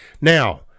Now